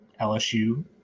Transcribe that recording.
LSU